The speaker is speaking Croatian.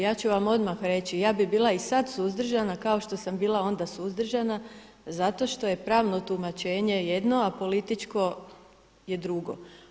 Ja ću vam odmah reći, ja bih bila i sada suzdržana kao što sam bla onda suzdržana zato što je pravno tumačenje jedno a političko je drugo.